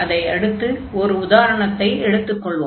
அதையடுத்து ஒர் உதாரணத்தை எடுத்துக் கொள்வோம்